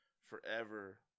forever